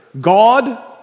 God